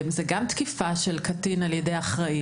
גם זאת תקיפה של קטין על ידי אחראי.